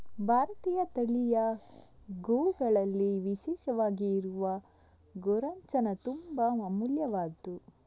ಭಾರತೀಯ ತಳಿಯ ಗೋವುಗಳಲ್ಲಿ ವಿಶೇಷವಾಗಿ ಇರುವ ಗೋರೋಚನ ತುಂಬಾ ಅಮೂಲ್ಯವಾದ್ದು